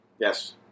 Yes